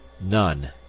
none